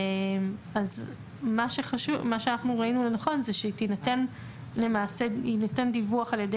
אז מה שאנחנו ראינו לנכון זה שיינתן דיווח על ידי